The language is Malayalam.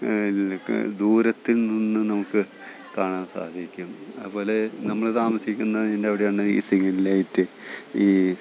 ക് ദൂരത്തിൽ നിന്ന് നമുക്ക് കാണാൻ സാധിക്കും അതുപോലെ നമ്മൾ താമസിക്കുന്നതിന്റെ അവിടെയാണ് ഈ സീറ്റ് ലൈറ്റ് ഈ